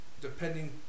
depending